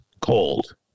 cold